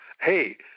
Hey